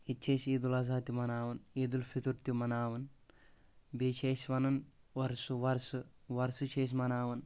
ییٚتہِ چھِ أسۍ عید الاضحی تہِ مناوان عید الفطر تہِ مناوان بییٚہِ چھِ أسۍ ونان وۄرسہٕ وۄرسہٕ وۄرسہٕ چھِ أسۍ مناوان